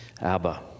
Abba